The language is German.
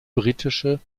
britische